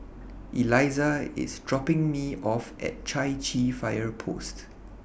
Eliza IS dropping Me off At Chai Chee Fire Post